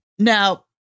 Now